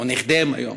או נכדיהם היום,